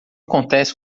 acontece